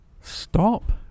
Stop